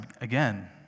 again